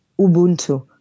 Ubuntu